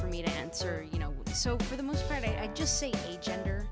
for me to answer you know so for the most part i just see gender